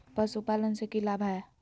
पशुपालन से के लाभ हय?